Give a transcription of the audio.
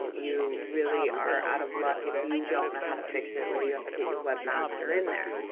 you really are out of luck if you don't know how to fix it, or you have to get your webmaster in there.